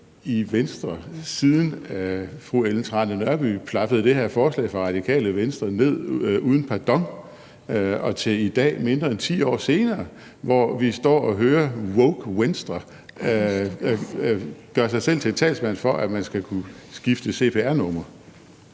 i Venstre, siden fru Ellen Trane Nørby plaffede det her forslag fra Det Radikale Venstre ned uden pardon og til i dag, mindre end 10 år senere, hvor vi står og hører Wokevenstre gøre sig selv til talsmand for, at man skal kunne skifte cpr-nummer?